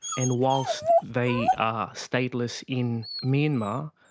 and whilst they are stateless in myanmar,